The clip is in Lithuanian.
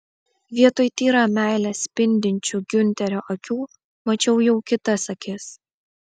vietoj tyra meile spindinčių giunterio akių mačiau jau kitas akis